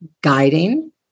guiding